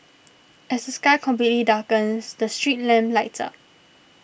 as the sky completely darkens the street lamp lights up